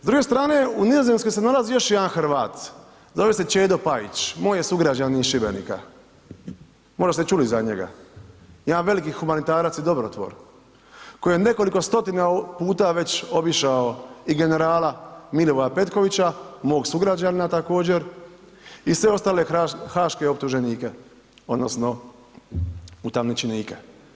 S druge strane, u Nizozemskoj se nalazi još jedan Hrvat, zove se Čedo Pajić, moj je sugrađanin iz Šibenika, možda ste čuli za njega, jedan veliki humanitarac i dobrotvor, koji je nekoliko stotina puta već obišao i generala Milivoja Petkovića, mog sugrađanina također i sve ostale haške optuženike odnosno utamničenike.